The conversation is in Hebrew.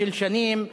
של שנים,